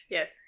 Yes